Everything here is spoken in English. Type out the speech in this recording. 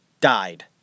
died